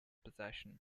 possession